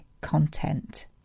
content